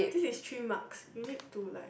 this is three marks you need to like